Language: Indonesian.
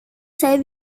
saya